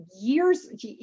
Years